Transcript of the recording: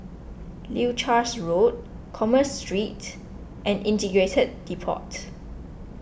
Leuchars Road Commerce Street and Integrated Depot